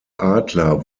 adler